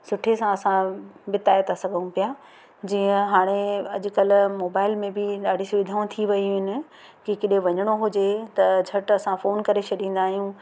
सुठे सां असां बिताए था सघूं पिया जीअं हाणे अॼु कल्ह मोबाइल में बि ॾाढी सुविधाऊं थी वयूं आहिनि या केॾांहुं वञिणो हुजे त झटि असां फ़ोन करे छॾींदा आहियूं